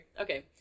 Okay